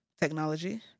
technology